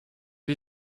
die